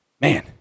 man